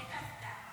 וקסדה.